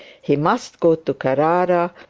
he must go to carrara